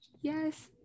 yes